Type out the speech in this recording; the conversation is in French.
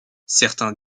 certains